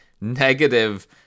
negative